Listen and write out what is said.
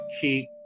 keep